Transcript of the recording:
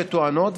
שטוענות,